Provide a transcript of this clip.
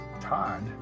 Todd